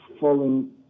falling